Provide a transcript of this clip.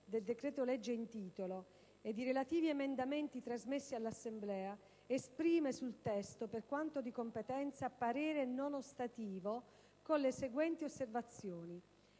del decreto-legge in titolo, ed i relativi emendamenti trasmessi dall'Assemblea, esprime sul testo, per quanto di competenza, parere non ostativo, con le seguenti osservazioni: